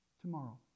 Tomorrow